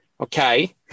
Okay